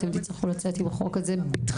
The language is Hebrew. אנחנו נצא לדרך עם החוק הזה בדחיפות.